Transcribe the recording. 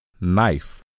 knife